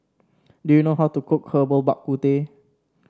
do you know how to cook Herbal Bak Ku Teh